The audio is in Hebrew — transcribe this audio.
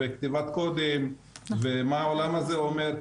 כתיבת קודים ומה העולם הזה אומר,